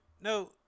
no